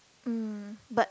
mm but